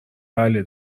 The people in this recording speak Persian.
بله